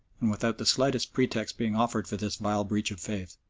and without the slightest pretext being offered for this vile breach of faith.